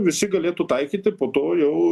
visi galėtų taikyti po to jau